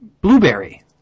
Blueberry